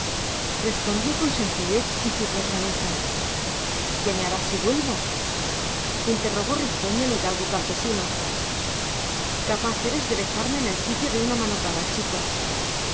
las andadas respondió con sencillez y firmeza nucha qué me harás si vuelvo interrogó risueño el hidalgo campesino capaz eres de dejarme en el sitio de una manotada chica